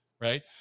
right